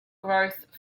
growth